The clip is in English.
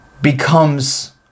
becomes